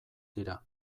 dira